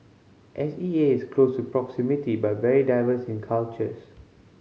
S E A is close proximity but very diverse in cultures